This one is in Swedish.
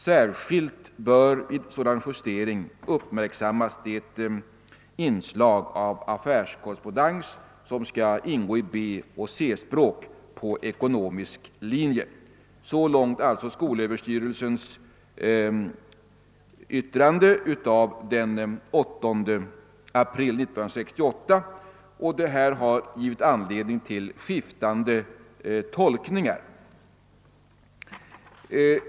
Särskilt bör vid sådan justering uppmärksammas det inslag av affärskorrespondens som skall ingå i B och C-språk på ekonomisk linje.» Detta yttrande har givit anledning till skiftande tolkningar.